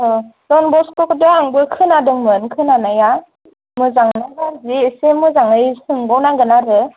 औ ड'न बस्क' थ' आंबो खोनादोंमोन खोनानाया मोजां ना गाज्रि एसे मोजाङै सोंबावनांगोन आरो